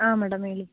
ಹಾಂ ಮೇಡಮ್ ಹೇಳಿ